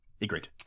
Agreed